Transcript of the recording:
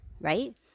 right